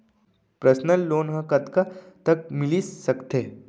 Personal loan ह कतका तक मिलिस सकथे?